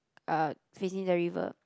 uh facing the river